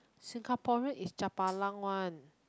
singaporean is japalang one